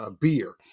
Beer